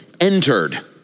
entered